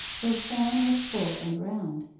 her form was full and round,